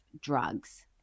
drugs